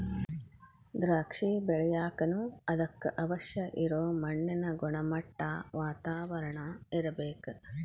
ದ್ರಾಕ್ಷಿ ಬೆಳಿಯಾಕನು ಅದಕ್ಕ ಅವಶ್ಯ ಇರು ಮಣ್ಣಿನ ಗುಣಮಟ್ಟಾ, ವಾತಾವರಣಾ ಇರ್ಬೇಕ